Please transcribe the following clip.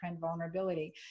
vulnerability